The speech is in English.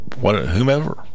whomever